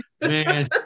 Man